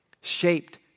shaped